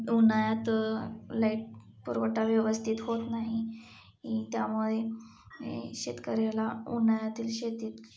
उन्हाळ्यात लाइट पुरवठा व्यवस्थित होत नाही त्यामुळे शेतकऱ्याला उन्हाळ्यातील शेतीत